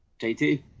JT